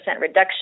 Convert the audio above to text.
reduction